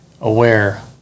aware